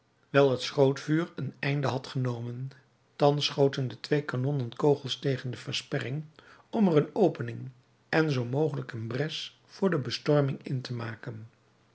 wijl het schrootvuur een einde had genomen thans schoten de twee kanonnen kogels tegen de versperring om er een opening en zoo mogelijk een bres voor de bestorming in te maken